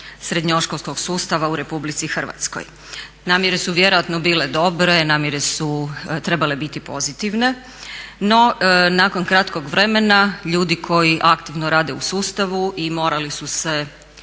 srednjoškolskog sustava u RH. Namjere su vjerojatno bile dobre, namjere su trebale biti pozitivne. No, nakon kratkog vremena ljudi koji aktivno rade u sustavu i morali su se